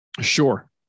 Sure